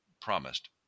promised